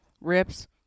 rips